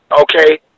okay